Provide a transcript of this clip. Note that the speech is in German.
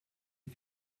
die